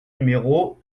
numéro